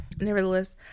nevertheless